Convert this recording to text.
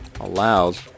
allows